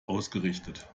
ausgerichtet